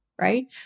right